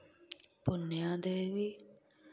पुण्या देवी